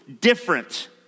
different